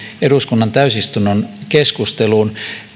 eduskunnan täysistunnon keskusteluun